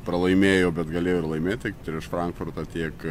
pralaimėjo bet galėjo ir laimėt tiek prieš frankfurtą tiek